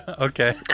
okay